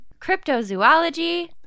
Cryptozoology